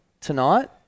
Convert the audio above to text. tonight